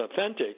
authentic